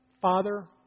Father